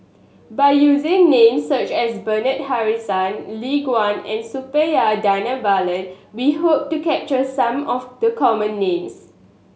by using names such as Bernard Harrison Lin Gao and Suppiah Dhanabalan we hope to capture some of the common names